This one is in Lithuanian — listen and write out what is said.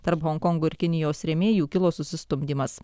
tarp honkongo ir kinijos rėmėjų kilo susistumdymas